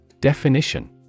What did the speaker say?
Definition